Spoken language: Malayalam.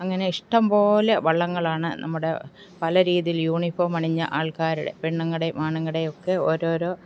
അങ്ങനെ ഇഷ്ടംപോലെ വള്ളങ്ങളാണ് നമ്മുടെ പല രീതിയിൽ യൂണിഫോമണിഞ്ഞ ആൾക്കാരുടെ പെണ്ണുങ്ങളുടെയും ആണുങ്ങളുടെയുമൊക്കെ ഒരോരോ